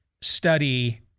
study